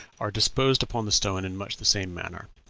are disposed upon the stone in much the same manner.